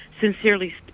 sincerely